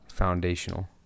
foundational